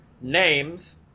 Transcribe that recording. Names